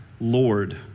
Lord